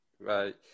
Right